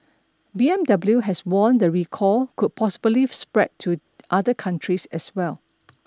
B M W has warned the recall could possibly spread to other countries as well